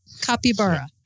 capybara